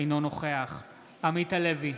אינו נוכח עמית הלוי,